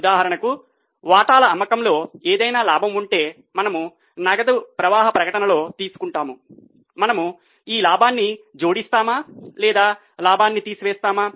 ఉదాహరణకు వాటాల అమ్మకంలో ఏదైనా లాభం ఉంటే మనము నగదు ప్రవాహ ప్రకటనలో తీసుకుంటాము మనము ఈ లాభాన్ని జోడిస్తామా లేదా లాభాన్ని తీసివేస్తామా